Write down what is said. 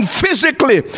physically